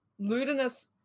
Ludinus